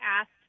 asked